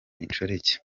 inshoreke